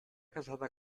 casada